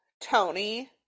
Tony